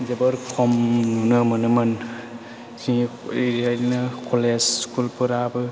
जोबोर खम नुनो मोनोमोन जोंङो बेबायदिनो कलेज स्कुलफोराबो